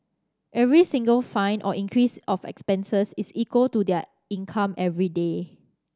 every single fine or increase of expenses is equal to their income everyday